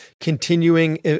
continuing